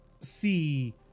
see